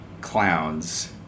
clowns